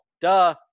Duh